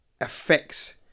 affects